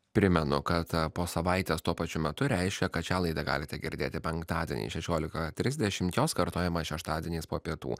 primenu kad po savaitės tuo pačiu metu reiškia kad šią laidą galite girdėti penktadieniais šešiolika trisdešimt jos kartojimą šeštadieniais po pietų